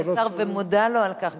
אני מאמינה לאדוני השר ומודה לו על כך.